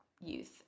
youth